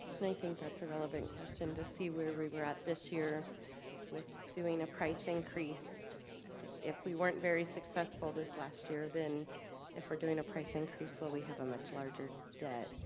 but think that's a relevant question to see where we were at this year with doing a price increase if we weren't very successful this last year then if we're doing a price increase. well, we have a much larger debt,